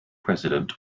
president